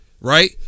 right